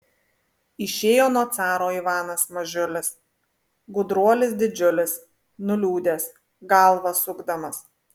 išėjo nuo caro ivanas mažiulis gudruolis didžiulis nuliūdęs galvą sukdamas